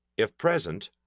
if present,